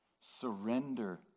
Surrender